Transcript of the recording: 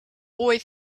boy